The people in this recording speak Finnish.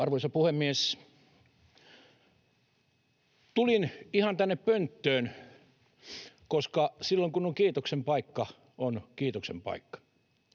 Arvoisa puhemies! Tulin ihan tänne pönttöön, koska silloin, kun on kiitoksen paikka, on kiitoksen paikka.